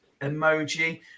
emoji